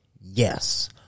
Yes